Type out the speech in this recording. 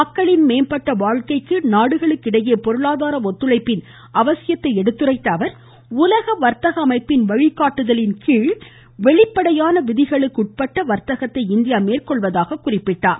மக்களின் மேம்பட்ட வாழ்க்கைக்கு நாடுகளுக்கு இடையே பொருளாதார ஒத்துழைப்பின் அவசியத்தை சுட்டிக்காட்டிய அவர் உலக வர்த்தக அமைப்பின் வழிகாட்டுதலின் கீழ் வெளிப்படையான விதிகளுக்குட்பட்ட வர்த்தகத்தை இந்தியா மேற்கொள்வதாக கூறினார்